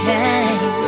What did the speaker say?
time